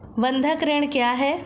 बंधक ऋण क्या है?